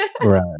Right